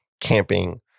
camping